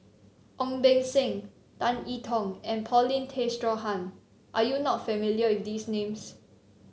Ong Beng Seng Tan I Tong and Paulin Tay Straughan are you not familiar with these names